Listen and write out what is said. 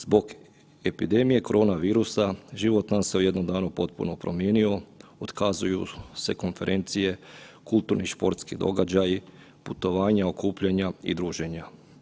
Zbog epidemije korona virusa život nam se u jednom danu potpuno promijenio, otkazuju se konferencije, kulturni športski događaji, putovanja, okupljanja i druženja.